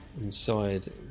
inside